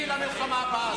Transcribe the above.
למלחמה הבאה.